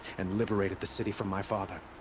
and liberated the city from my father.